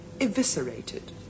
eviscerated